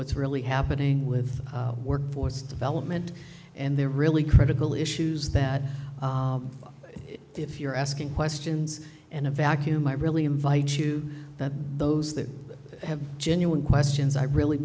what's really happening with workforce development and they're really critical issues that if you're asking questions and a vacuum i really invite you to those that have genuine questions i really